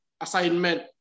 assignment